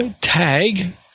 tag